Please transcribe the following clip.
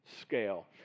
scale